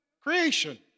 creation